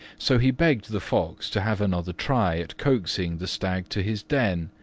so he begged the fox to have another try at coaxing the stag to his den.